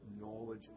knowledge